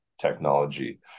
technology